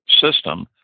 system